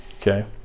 Okay